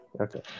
Okay